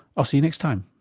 i'll see you next time